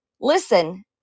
Listen